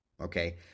Okay